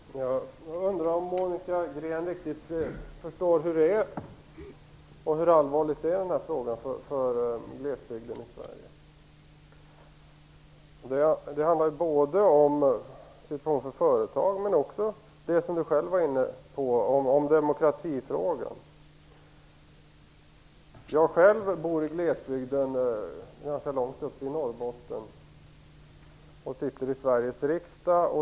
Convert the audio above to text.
Fru talman! Jag undrar om Monica Green riktigt förstår hur allvarlig den här frågan är för glesbygden i Sverige. Det handlar både om situationen för företag och, som hon själv var inne på, om demokratifrågan. Jag själv bor i glesbygden ganska långt upp i Norrbotten och sitter i Sveriges riksdag.